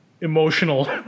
emotional